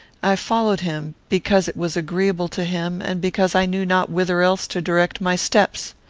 i followed him because it was agreeable to him and because i knew not whither else to direct my steps.